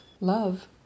love